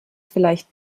vielleicht